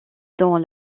dans